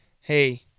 hey